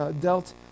dealt